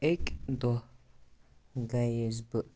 أکۍ دۄہ گٔیَس بہٕ